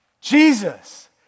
Jesus